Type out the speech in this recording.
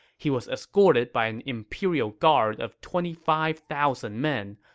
he was escorted by an imperial guard of twenty five thousand men,